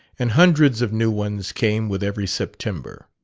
and hundreds of new ones came with every september.